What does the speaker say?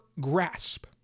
grasp